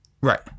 Right